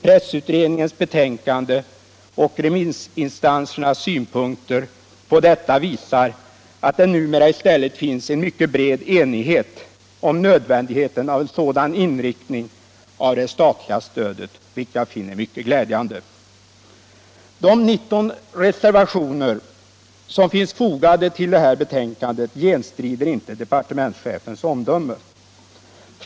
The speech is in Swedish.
Pressutredningens betänkande och remissinstansernas synpunkter på detta visar att det numera i stället finns en mycket bred enighet om nödvändigheten av en sådan inriktning av det statliga stödet vilket jag finner mycket glädjande.” De 19 reservationerna, som finns fogade till det här betänkandet, gendriver inte departementschefens omdöme.